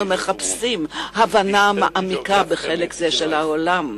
מחפשים הבנה מעמיקה בחלק זה של העולם.